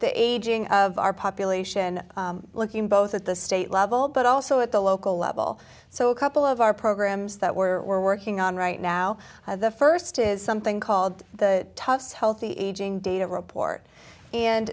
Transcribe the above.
the aging of our population looking both at the state level but also at the local level so a couple of our programs that were working on right now the first is something called the toughs healthy aging data report and